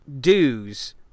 dues